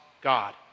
God